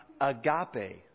agape